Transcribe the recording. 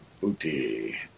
Booty